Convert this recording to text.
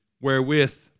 wherewith